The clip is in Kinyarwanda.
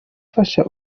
afasha